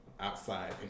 outside